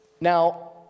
Now